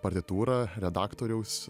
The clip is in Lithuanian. partitūrą redaktoriaus